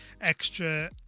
extra